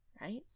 right